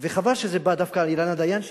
וחבל שזה בא דווקא על אילנה דיין,